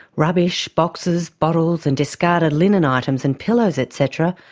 rubbish, boxes, bottles and discarded linen items and pillows, et cetera,